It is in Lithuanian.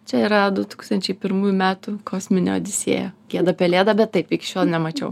čia yra du tūkstančiai pirmų metų kosminė odisėja gėda pelėda bet taip iki šiol nemačiau